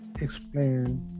explain